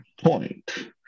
point